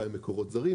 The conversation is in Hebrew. גם ממקורות זרים,